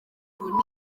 ubu